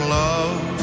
love